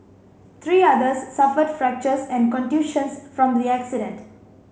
three others suffered fractures and contusions from the accident